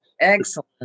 Excellent